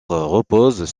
reposent